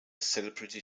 celebrity